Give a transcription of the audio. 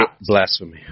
Blasphemy